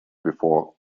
before